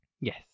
Yes